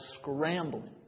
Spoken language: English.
scrambling